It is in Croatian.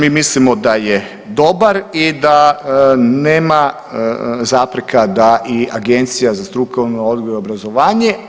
Mi mislimo da je dobar i da nema zapreka da i Agencija za strukovni odgoj i obrazovanje.